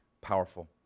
powerful